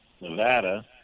Nevada